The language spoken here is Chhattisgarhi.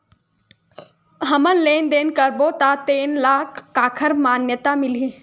हमन लेन देन करबो त तेन ल काखर मान्यता मिलही?